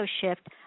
shift